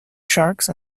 sharks